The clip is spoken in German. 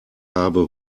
habe